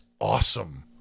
awesome